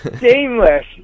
Shameless